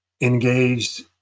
engaged